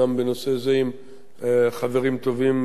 עם חברים טובים אחרים,